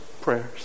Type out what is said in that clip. prayers